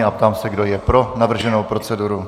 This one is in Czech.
Ptám se, kdo je pro navrženou proceduru.